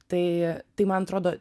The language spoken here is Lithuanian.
tai tai man atrodo